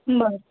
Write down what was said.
बरं